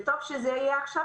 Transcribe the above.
טוב שזה יהיה עכשיו,